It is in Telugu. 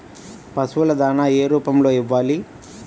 పశువుల దాణా ఏ రూపంలో ఇవ్వాలి?